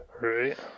right